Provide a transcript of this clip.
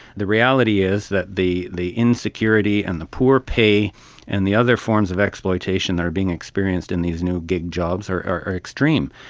the reality is that the the insecurity and the poor pay and the other forms of exploitation that are being experienced in these new gig jobs are are extreme,